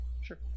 Sure